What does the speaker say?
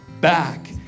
back